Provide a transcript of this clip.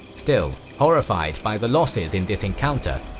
still, horrified by the losses in this encounter,